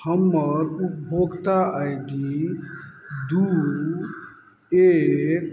हमर उपभोक्ता I D दुइ एक